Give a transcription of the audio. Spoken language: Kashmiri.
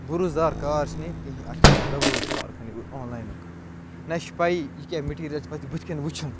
بھروسہٕ دار کار چھُنہٕ یہِ کِہیٖنۍ اَتھ چھِ بےٚ بھروسہٕ کارخانہٕ یہِ آنلاینُک نَہ چھِ پَیی یہِ کیٛاہ مِٹیٖریل چھُ بُتھہِ کٔنۍ وُچھن